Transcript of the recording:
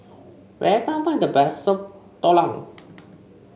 where can I find the best Soup Tulang